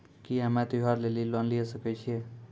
की हम्मय त्योहार लेली लोन लिये सकय छियै?